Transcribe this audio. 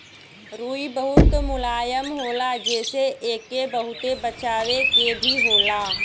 रुई बहुत मुलायम होला जेसे एके बहुते बचावे के भी होला